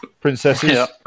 Princesses